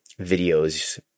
videos